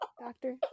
doctor